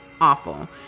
awful